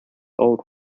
old